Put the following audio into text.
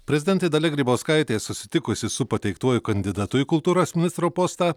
prezidentė dalia grybauskaitė susitikusi su pateiktuoju kandidatu į kultūros ministro postą